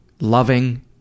loving